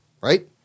right